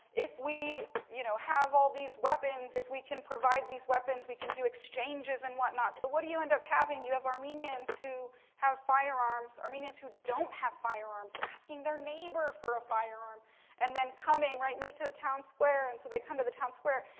if we, you know have all these weapons, if we can provide these weapons, we can do exchanges and whatnot. so, what do you end up having? you have armenians who have firearms, armenians who don't have firearms asking their neighbor for a firearm and then coming, right, meet to the town square. and so, they come to the town square.